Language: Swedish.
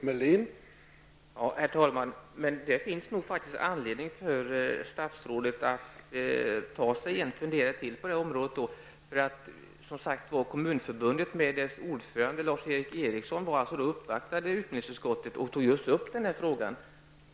Herr talman! Det finns nog anledning för statsrådet att ta sig ytterligare en funderare på detta område. Ericsson, uppvaktade utbildningsutskottet och tog upp just denna fråga.